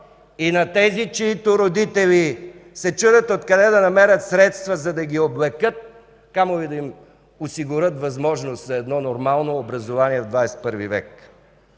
и на тези, чиито родители се чудят откъде да намерят средства, за да ги облекат, камо ли да им осигурят възможност за нормално образование в XXI век.